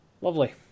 Lovely